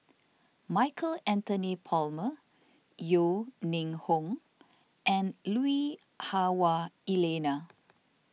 Michael Anthony Palmer Yeo Ning Hong and Lui Hah Wah Elena